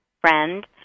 friend